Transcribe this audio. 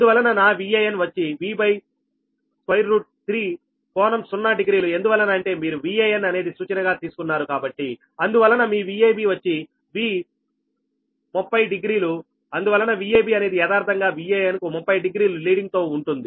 అందువలన నా Van వచ్చి V3కోణం సున్నా డిగ్రీలు ఎందువలన అంటే మీరు Van అనేది సూచన గా తీసుకున్నారు కాబట్టి అందువలన మీ Vab వచ్చి V∟300 డిగ్రీలు అందువలన Vab అనేది యదార్ధంగా Van కు 30 డిగ్రీలు లీడింగ్ తో ఉంటుంది